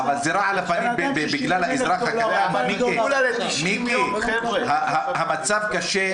--- מיקי, המצב קשה.